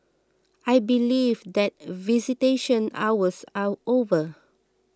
I believe that visitation hours are over